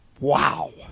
Wow